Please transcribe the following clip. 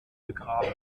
begraben